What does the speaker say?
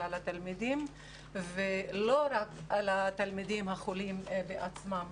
ועל התלמידים ולא רק על התלמידים החולים בעצמם.